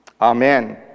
Amen